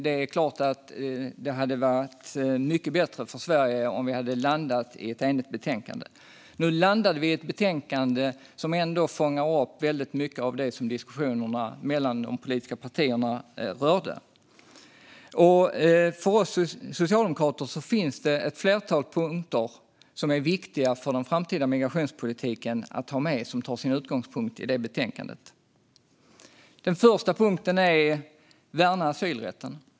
Det är klart att det hade varit mycket bättre för Sverige om vi hade landat i ett enigt betänkande, men nu landade vi i ett betänkande som ändå fångar upp väldigt mycket av det som diskussionerna mellan de politiska partierna rörde. För oss socialdemokrater finns det ett flertal punkter som är viktiga att ha med sig för den framtida migrationspolitiken och som har sin utgångspunkt i betänkandet. Den första punkten är att värna asylrätten.